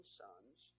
sons